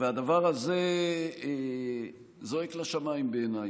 והדבר הזה זועק לשמיים בעיניי.